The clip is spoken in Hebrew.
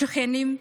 שכנים,